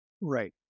right